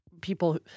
people